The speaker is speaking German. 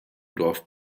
dorf